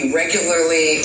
regularly